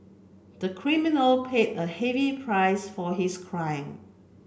the criminal paid a heavy price for his crime